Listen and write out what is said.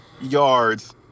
yards